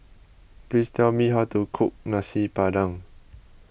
please tell me how to cook Nasi Padang